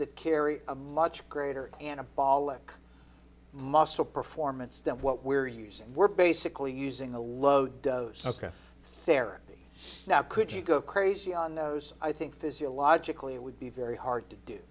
that carry a much greater anabolic muscle performance that what we're using we're basically using a load ok there now could you go crazy on those i think physiologically it would be very hard to do